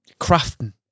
Crafting